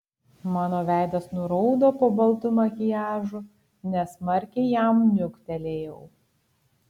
mano veidas nuraudo po baltu makiažu nesmarkiai jam niuktelėjau